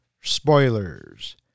spoilers